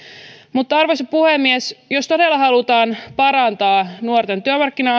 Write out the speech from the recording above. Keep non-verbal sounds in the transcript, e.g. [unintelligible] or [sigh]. mutta arvoisa puhemies jos todella halutaan parantaa nuorten työmarkkina [unintelligible]